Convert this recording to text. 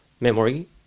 memory